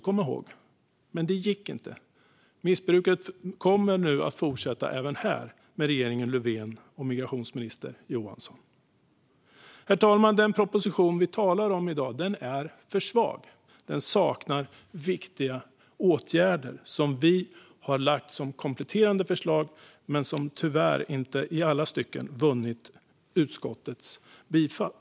Men det gick inte - missbruket kommer nu att fortsätta även här med regeringen Löfven och migrationsminister Johansson. Herr talman! Den proposition vi talar om i dag är för svag. Den saknar viktiga åtgärder som vi har lagt fram som kompletterande förslag, men de har tyvärr inte i alla stycken vunnit utskottets bifall.